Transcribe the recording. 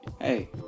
Hey